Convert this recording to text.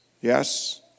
Yes